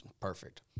perfect